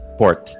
port